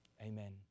Amen